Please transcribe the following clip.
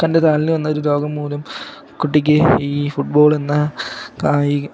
തൻ്റെ കാലിനുവന്ന ഒരു രോഗം മൂലം കുട്ടിക്ക് ഈ ഫുട്ബോളെന്ന കായിക